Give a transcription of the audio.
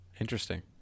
Interesting